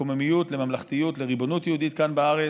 לקוממיות, לממלכתיות, לריבונות יהודית כאן, בארץ,